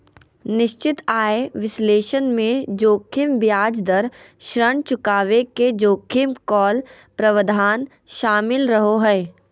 निश्चित आय विश्लेषण मे जोखिम ब्याज दर, ऋण चुकाबे के जोखिम, कॉल प्रावधान शामिल रहो हय